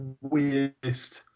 weirdest